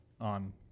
on